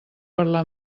parlar